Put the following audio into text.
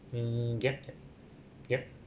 mm yup yup